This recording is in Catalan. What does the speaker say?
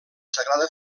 sagrada